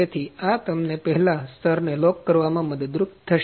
તેથી આ તમને પહેલા સ્તરને લોક કરવામાં મદદરૂપ થશે